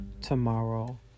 tomorrow